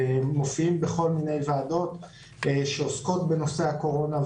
מופיעים בכל מיני ועדות שעוסקות בנושא הקורונה,